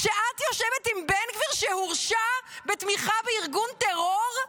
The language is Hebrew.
כשאת יושבת עם בן גביר שהורשע בתמיכה בארגון טרור?